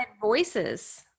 voices